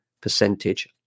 percentage